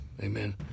Amen